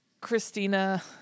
Christina